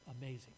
amazing